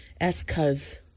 S-Cuz